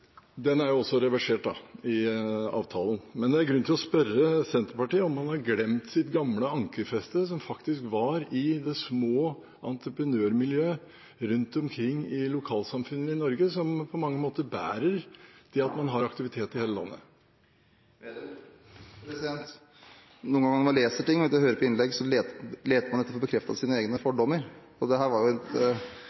er jo også reversert i avtalen. Det er grunn til å spørre Senterpartiet om de har glemt sitt gamle ankerfeste, som var i de små entreprenørmiljøene rundt omkring i lokalsamfunnene i Norge, og som på mange måter bærer det at man har aktivitet i hele landet. Noen ganger når man leser ting eller hører på innlegg, leter man etter å få bekreftet sine egne fordommer. Dette var et eksempel på at man ønsker å få bekreftet sin egen fordom – at Senterpartiet ikke er et